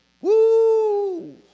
Woo